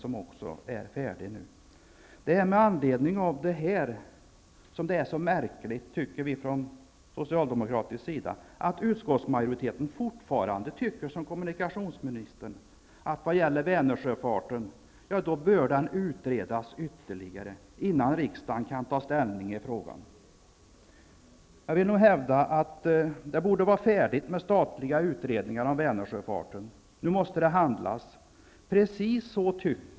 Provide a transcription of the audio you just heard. Vi socialdemokrater tycker, med anledning av detta, att det är så märkligt att utskottsmajoriteten fortfarande tycker som kommunikationsministern att Vänersjöfarten bör utredas ytterligare innan riksdagen kan ta ställning i frågan. Jag vill hävda att det borde vara färdigt med statliga utredningar om Vänersjöfarten. Nu måste vi handla.